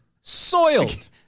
soiled